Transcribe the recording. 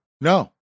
no